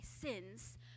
sins